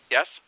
Yes